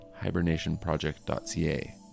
hibernationproject.ca